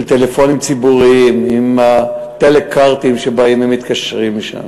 טלפונים ציבוריים שבאים עם "טלכרטים" ומתקשרים משם.